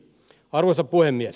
arvoisa puhemies